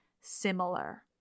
similar